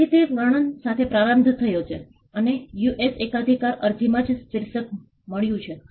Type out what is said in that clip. આમાંના મોટાભાગના પ્રોજેક્ટ્સ પ્રોજેક્ટ્સમાં સ્થાનિક લોકોની સમાવેશ અને જોડાણની હિમાયત કરી રહ્યા છે